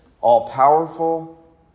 all-powerful